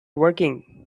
working